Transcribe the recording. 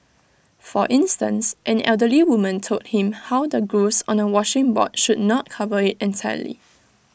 for instance an elderly woman told him how the grooves on A washing board should not cover IT entirely